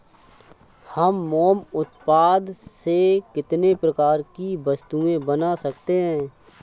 हम मोम उत्पाद से कितने प्रकार की वस्तुएं बना सकते हैं?